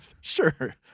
sure